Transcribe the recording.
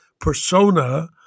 persona